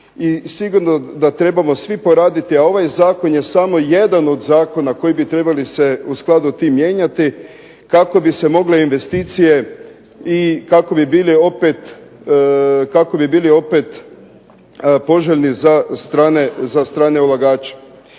i sigurno da trebamo svi poraditi, a ovaj zakon je samo jedan od zakona koji bi trebali se u skladu tim mijenjati, kako bi se mogle investicije i kako bi bili opet poželjni za strane ulagače.